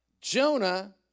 Jonah